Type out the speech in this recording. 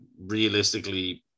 realistically